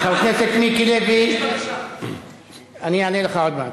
חבר הכנסת מיקי לוי, אני אענה לך עוד מעט.